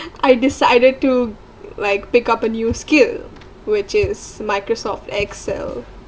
I decided to like pick up a new skill which is microsoft excel